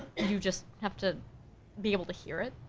you just have to be able to hear it,